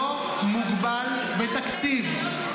לא מוגבל בתקציב.